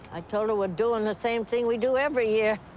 i told her we're doing the same thing we do every year.